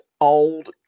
old